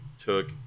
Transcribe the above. took